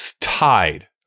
tied